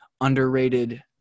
underrated